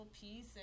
piece